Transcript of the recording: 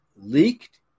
Leaked